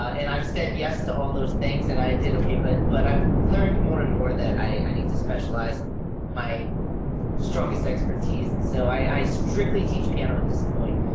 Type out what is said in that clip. and i've said yes to all those things and i did okay, but but i've learned more and more that i need to specialize in my strongest expertise and so i strictly teach piano at this point.